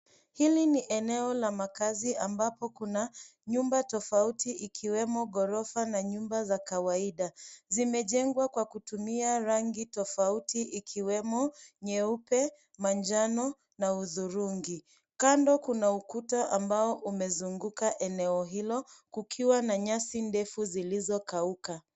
Hili ni eneo la makazi ambapo kuna nyumba tofauti ikiwemo ghorofa na nyumba za kawaida. Zimejengwa kwa kutumia rangi tofauti ikiwemo nyeupe, manjano na hudhurungi. Kando kuna ukuta ambao umezunguka eneo hilo kukiwa na nyasi ndefu zilizokauka.